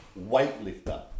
weightlifter